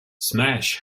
smash